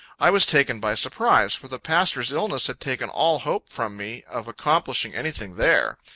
i was taken by surprise, for the pastor's illness had taken all hope from me of accomplishing anything there.